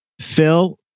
Phil